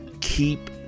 keep